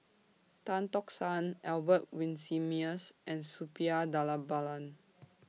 Tan Tock San Albert Winsemius and Suppiah Dhanabalan